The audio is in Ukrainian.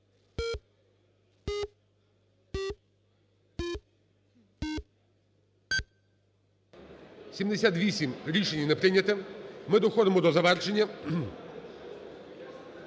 За-78 Рішення не прийняте. Ми доходимо до завершення.